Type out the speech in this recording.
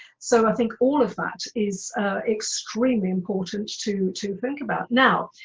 so i think all of that is extremely important to to think about. now,